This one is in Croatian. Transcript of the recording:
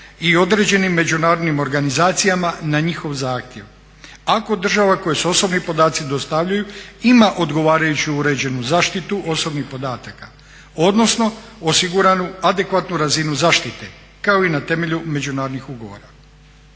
i određenim međunarodnim organizacijama na njihov zahtjev, ako država kojoj se osobni podaci dostavljaju ima odgovarajući uređenu zaštitu osobnih podataka odnosno osiguranu adekvatnu razinu zaštite kao i na temelju međunarodnih ugovora.